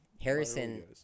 Harrison